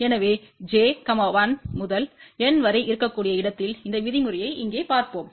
எனவே j 1 முதல் n வரை இருக்கக்கூடிய இடத்தில் இந்த விதிமுறையை இங்கே பார்ப்போம்